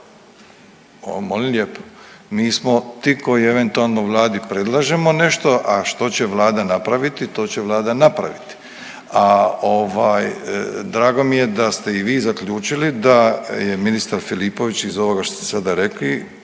Molim lijepo. Mi smo ti koji eventualno Vladi predlažemo nešto, a što će Vlada napraviti to će Vlada napraviti. A drago mi je da ste i vi zaključili da je ministar Filipović iz ovoga što ste sada rekli